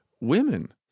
women